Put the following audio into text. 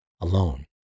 Alone